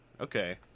Okay